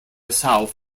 south